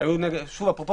סעיף 12